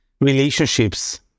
relationships